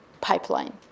pipeline